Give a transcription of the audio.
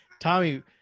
Tommy